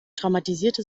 traumatisierte